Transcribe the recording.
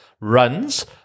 runs